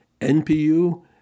NPU